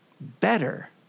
Better